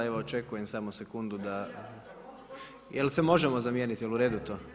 Evo očekujem samo sekundu da… jel se možemo zamijeniti, jel u redu to?